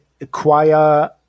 acquire